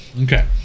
Okay